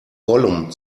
gollum